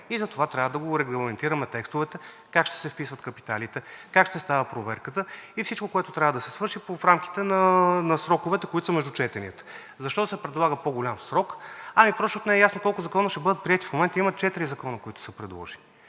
Затова трябва да регламентираме в текстовете как ще се вписват капиталите, как ще става проверката – всичко, което трябва да се свърши в рамките на сроковете, които са между четенията. Защо се предлага по-голям срок? Просто защото не е ясно колко закона ще бъдат приети. В момента има четири закона, които са предложени.